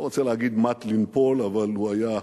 לא רוצה להגיד מט לנפול, אבל הוא היה דהוי,